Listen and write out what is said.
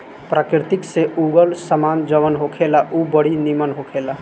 प्रकृति से उगल सामान जवन होखेला उ बड़ी निमन होखेला